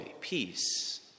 peace